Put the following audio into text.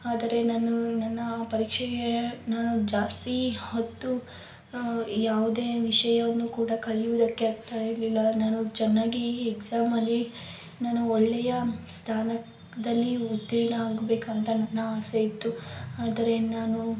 ಆದರೆ ನಾನು ನನ್ನ ಪರೀಕ್ಷೆಗೆ ನಾನು ಜಾಸ್ತಿ ಹೊತ್ತು ಯಾವುದೇ ವಿಷಯವನ್ನು ಕೂಡ ಕಲಿಯುವುದಕ್ಕೆ ಆಗ್ತಾ ಇರಲಿಲ್ಲ ನಾನು ಚೆನ್ನಾಗಿ ಎಕ್ಸಾಮಲ್ಲಿ ನಾನು ಒಳ್ಳೆಯ ಸ್ಥಾನದಲ್ಲಿ ಉತ್ತೀರ್ಣ ಆಗಬೇಕಂತ ನನ್ನ ಆಸೆ ಇತ್ತು ಆದರೆ ನಾನು